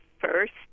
first